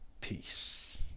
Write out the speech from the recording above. peace